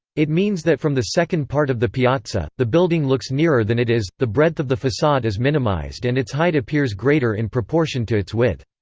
it means that from the second part of the piazza, the building looks nearer than it is, the breadth of the facade is minimized and its height appears greater in proportion to its width.